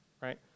right